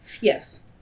yes